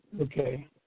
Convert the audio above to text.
Okay